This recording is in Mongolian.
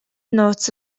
нууц